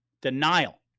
denial